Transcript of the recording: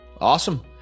Awesome